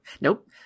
Nope